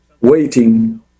waiting